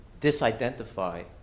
disidentify